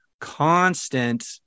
constant